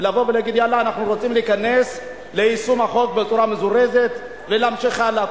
ולומר: אנחנו רוצים להיכנס ליישום החוק בצורה מזורזת ולהמשיך הלאה.